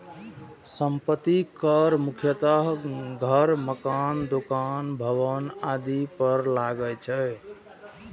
संपत्ति कर मुख्यतः घर, मकान, दुकान, भवन आदि पर लागै छै